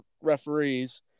referees